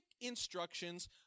instructions